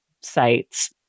Sites